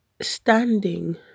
standing